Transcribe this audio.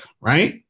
Right